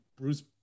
Bruce